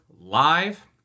live